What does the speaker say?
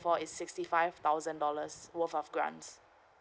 for is sixty five thousand dollars worth of grants